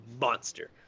monster